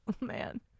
man